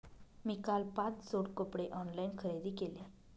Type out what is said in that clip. मी काल पाच जोड कपडे ऑनलाइन खरेदी केले